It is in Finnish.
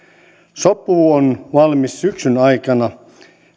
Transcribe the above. sopu on valmis syksyn aikana